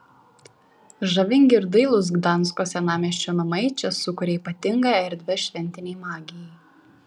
žavingi ir dailūs gdansko senamiesčio namai čia sukuria ypatingą erdvę šventinei magijai